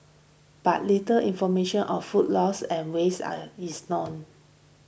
but little information or food loss and waste are is known